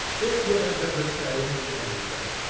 it would have been the same in any case,